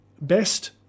Best